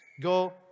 Go